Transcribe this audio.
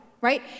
right